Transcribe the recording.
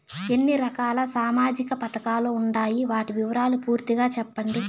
ఎన్ని రకాల సామాజిక పథకాలు ఉండాయి? వాటి వివరాలు పూర్తిగా సెప్పండి?